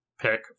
pick